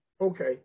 Okay